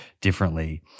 differently